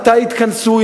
מתי התכנסו,